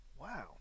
Wow